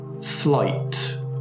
slight